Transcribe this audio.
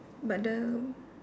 but the